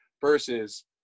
versus